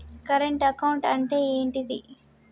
Current account అంటే ఏంటిది?